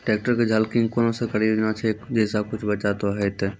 Tractor के झाल किंग कोनो सरकारी योजना छ जैसा कुछ बचा तो है ते?